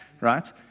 right